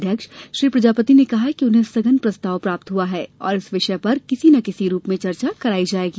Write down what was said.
अध्यक्ष श्री प्रजापति ने कहा कि उन्हें स्थगन प्रस्ताव प्राप्त हुआ है और इस विषय पर किसी न किसी रूप में चर्चा कराई जाएगी